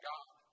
God